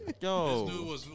Yo